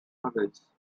others